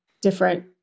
different